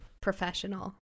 Professional